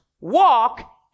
walk